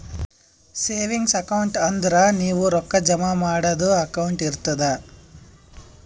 savings account ಅಂದುರ್ ನೀವು ರೊಕ್ಕಾ ಜಮಾ ಮಾಡದು ಅಕೌಂಟ್ ಇರ್ತುದ್